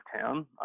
town